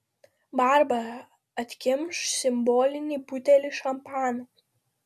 barbara atkimš simbolinį butelį šampano